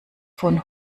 von